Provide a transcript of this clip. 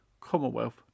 Commonwealth